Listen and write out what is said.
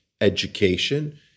education